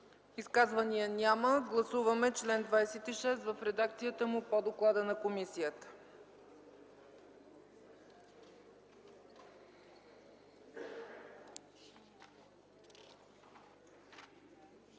Изказвания? Няма. Гласуваме чл. 7 в редакцията му по доклада на комисията.